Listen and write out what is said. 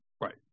Right